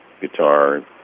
guitar